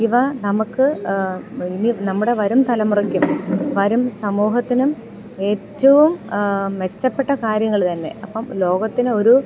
ഇവ നമുക്ക് ഇനി നമ്മുടെ വരും തലമുറക്കും വരും സമൂഹത്തിനും ഏറ്റവും മെച്ചപ്പെട്ട കാര്യങ്ങൾ തന്നെ അപ്പം ലോകത്തിന് ഒരു